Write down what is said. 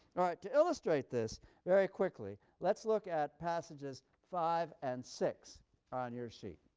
all right. to illustrate this very quickly, let's look at passages five and six on your sheet.